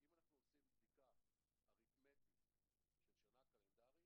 אנחנו היום ב-11.12.2018, ג' בטבת תשע"ט.